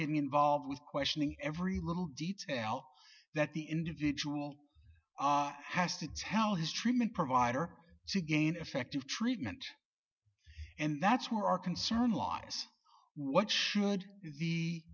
getting involved with questioning every little detail that the individual has to tell his treatment provider again effective treatment and that's where our concern law is what should